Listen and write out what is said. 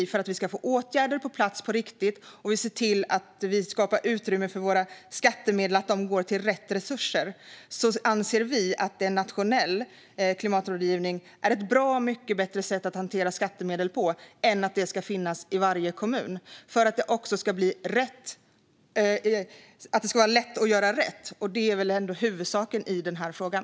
För att vi ska få åtgärder på plats på riktigt och se till att våra skattemedel går till rätt resurser anser vi att en nationell klimatrådgivning är ett bra mycket bättre sätt att hantera skattemedel på än att detta ska finnas i varje kommun. Det ska vara lätt att göra rätt, och det är väl ändå huvudsaken i den här frågan.